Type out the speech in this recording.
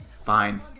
fine